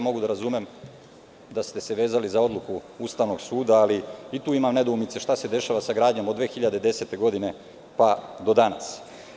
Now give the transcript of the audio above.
Mogu da razumem da ste se vezali za Odluku Ustavnog suda, ali i tu ima nedoumice, šta se dešava sa gradnjom od 2010. godine pa do danas.